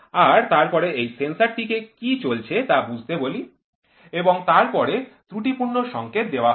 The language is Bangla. আর তারপরে এই সেন্সর টিকে কি চলছে তা বুঝতে বলি এবং তারপরে ত্রুটিপূর্ণ সংকেত দেওয়া হয়